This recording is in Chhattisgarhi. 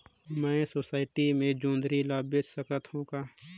मैं सोसायटी मे जोंदरी ला बेच सकत हो का?